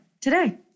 today